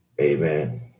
Amen